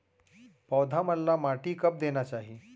पौधा मन ला माटी कब देना चाही?